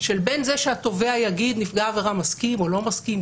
בין זה שהתובע יגיד שנפגע העבירה מסכים או לא מסכים,